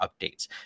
updates